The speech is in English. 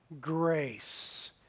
grace